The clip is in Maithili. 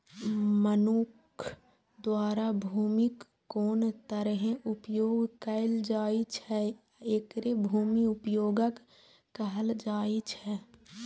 मनुक्ख द्वारा भूमिक कोन तरहें उपयोग कैल जाइ छै, एकरे भूमि उपयोगक कहल जाइ छै